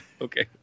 okay